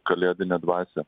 kalėdinę dvasią